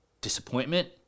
Disappointment